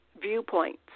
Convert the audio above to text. viewpoints